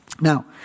Now